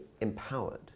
empowered